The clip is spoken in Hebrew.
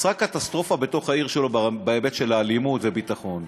נוצרה קטסטרופה בתוך העיר שלו בהיבט של האלימות וביטחון.